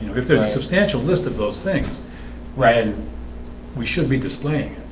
if there's a substantial list of those things read we should be displaying.